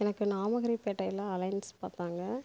எனக்கு நாமகிரி பேட்டையில் அலைன்ஸ் பார்த்தாங்க